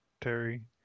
Terry